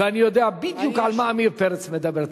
ואני יודע בדיוק על מה עמיר פרץ מדבר,